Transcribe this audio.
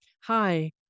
Hi